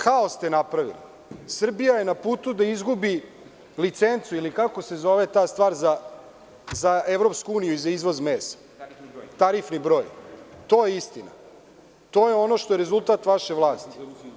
Haos ste napravili i Srbija je na putu da izgubi licencu ili kako se zove ta stvar za EU i izvoz mesa, tarifni broj, i to je istina i to je rezultat vaše vlasti.